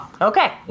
Okay